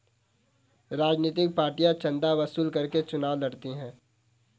राजनीतिक पार्टियां चंदा वसूल करके चुनाव लड़ती हैं